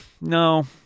no